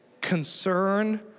concern